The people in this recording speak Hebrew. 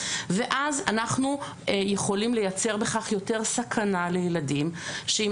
ואז אנחנו יכולים לייצר בכך יותר סכנה לילדים שאם